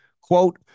quote